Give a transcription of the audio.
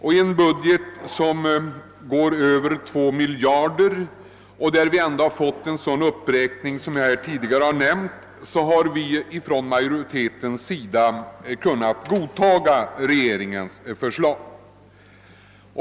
I en budget som uppgår till mer än 2 miljarder kronor och där det ändå har skett en sådan uppräkning som jag nyss nämnt har vi från majoritetens sida kunnat godta regeringens förslag.